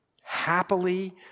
happily